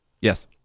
Yes